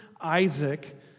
Isaac